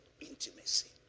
intimacy